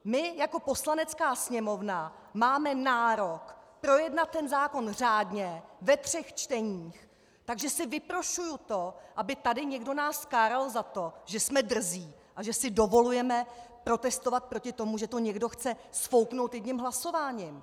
My jako Poslanecká sněmovna máme nárok projednat ten zákon řádně, ve třech čteních, takže si vyprošuji to, aby nás tady někdo káral za to, že jsme drzí a že si dovolujeme protestovat proti tomu, že to někdo chce sfouknout jedním hlasováním!